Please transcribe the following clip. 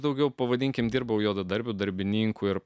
daugiau pavadinkime dirbau juodadarbiu darbininku ir